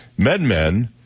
MedMen